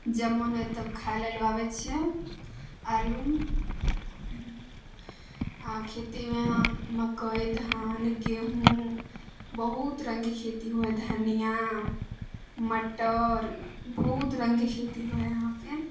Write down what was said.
जब मोन होल तब खाइलए ले आबै छिए आलू आओर खेतीमे हम मकइ धान गेहूँ बहुत रङ्गके खेती होइ हइ धनिया मटर बहुत रङ्गके खेती होइ हइ यहाँ पे